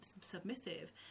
submissive